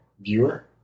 viewer